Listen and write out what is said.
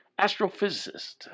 astrophysicist